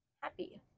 happy